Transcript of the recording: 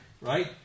right